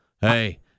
Hey